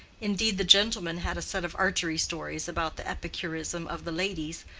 indeed, the gentlemen had a set of archery stories about the epicurism of the ladies,